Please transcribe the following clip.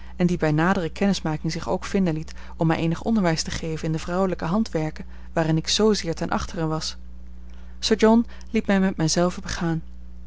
en die bij nadere kennismaking zich ook vinden liet om mij eenig onderwijs te geven in de vrouwelijke handwerken waarin ik zoozeer ten achteren was sir john liet mij met mij zelve begaan